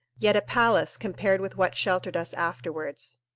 yet a palace compared with what sheltered us afterward.